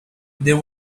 there